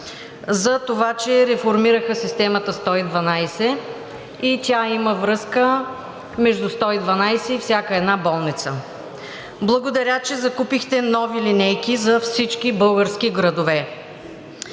за това, че реформираха Системата 112 и има връзка между 112 и всяка една болница. Благодаря, че закупихте нови линейки за всички български градове.